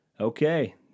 Okay